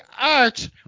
art